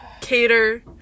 cater